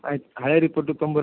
ಆಯ್ತು ಹಳೆ ರಿಪೋರ್ಟ್ ತೊಂಬನ್ರಿ